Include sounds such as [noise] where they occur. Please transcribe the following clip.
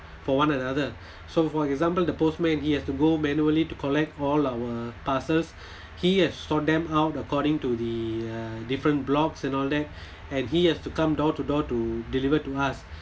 for one another [breath] so for example the postman he has to go manually to collect all our parcels [breath] he has sort them out according to the uh different blocks and all that [breath] and he has to come door to door to deliver to us